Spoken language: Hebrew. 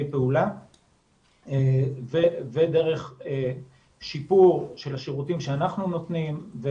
פעולה ודרך שיפור של השירותים שאנחנו נותנים,